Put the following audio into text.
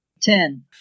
Ten